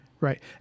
Right